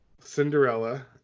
Cinderella